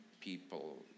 people